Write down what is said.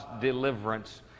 deliverance